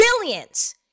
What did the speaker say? billions